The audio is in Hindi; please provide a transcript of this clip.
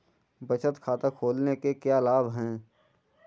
बचत खाता खोलने के क्या लाभ हैं?